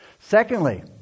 Secondly